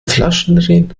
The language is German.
flaschendrehen